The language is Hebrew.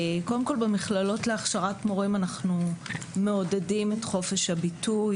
במכללות להכשרת מורים אנחנו מעודדים את חופש הביטוי.